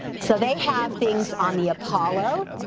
so they have things on the apollo,